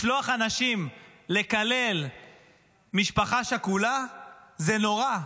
לשלוח אנשים לקלל משפחה שכולה זה נורא.